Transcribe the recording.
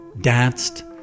danced